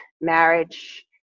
marriage